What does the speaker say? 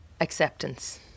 Acceptance